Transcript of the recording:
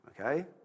Okay